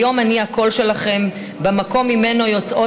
היום אני הקול שלכם במקום שממנו יוצאות